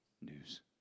news